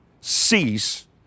cease